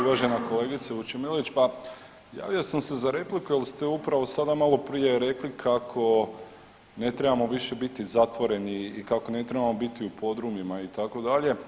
Uvažena kolegice Vučemilović, pa javio sam se za repliku jer ste upravo sada malo prije rekli kako ne trebamo više biti zatvoreni i kako ne trebamo biti u podrumima itd.